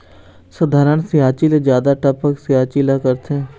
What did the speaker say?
साधारण सिचायी ले जादा टपक सिचायी ला करथे